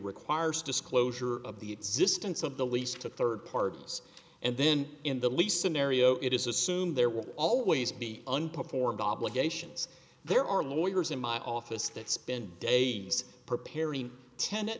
requires disclosure of the existence of the lease to third parties and then in the lease scenario it is assumed there will always be unpopular and obligations there are lawyers in my office that spend days preparing ten